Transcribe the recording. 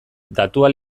datua